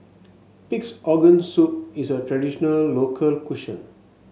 Pig's Organ Soup is a traditional local cuisine